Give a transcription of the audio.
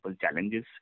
challenges